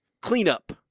cleanup